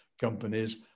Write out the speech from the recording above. companies